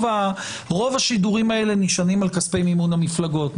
רוב השידורים האלה נשענים על כספי מימון המפלגות.